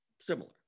similar